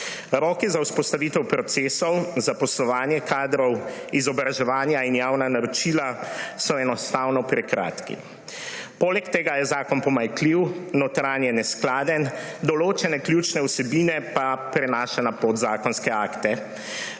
Roki za vzpostavitev procesov, zaposlovanje kadrov, izobraževanja in javna naročila so enostavno prekratki. Poleg tega je zakon pomanjkljiv, notranje neskladen, določene ključne vsebine pa prenaša na podzakonske akte,